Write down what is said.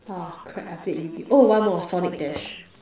oh crap I played yu-gi-oh oh one more sonic dash